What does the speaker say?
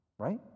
Right